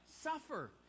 suffer